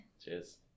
cheers